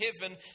heaven